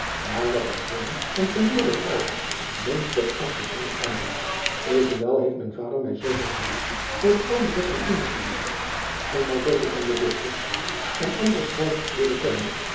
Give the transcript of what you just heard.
maar dat de grillen van geleerde vrouwen monsterachtig leelijk waren evenwel heeft mijn vader mij zooveel smaak voor de oude letteren ingeboezemd en mij zooveel van de dichters en andere schrijvers leeren kennen